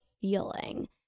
feeling